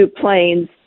planes